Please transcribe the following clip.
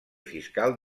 fiscal